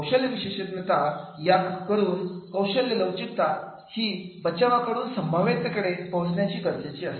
कौशल्य विशेषज्ञता या कडून कौशल्य लवचिकता ही बचावा कडून संभाव्यताकडे पोचण्यासाठी गरजेची आहे